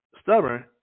Stubborn